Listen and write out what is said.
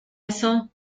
eso